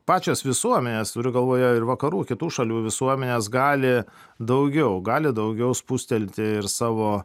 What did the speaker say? pačios visuomenės turiu galvoje ir vakarų kitų šalių visuomenes gali daugiau gali daugiau spustelti ir savo